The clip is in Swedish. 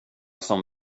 som